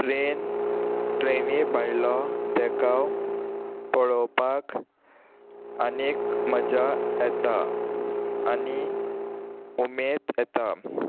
train ट्रेनी भायलो देखाव पळोवपाक आनी एक मजा येता आनी उमेद येता